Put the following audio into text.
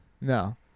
No